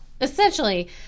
Essentially